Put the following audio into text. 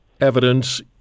evidence